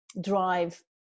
drive